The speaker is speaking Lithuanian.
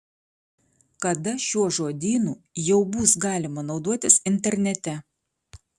kada šiuo žodynu jau bus galima naudotis internete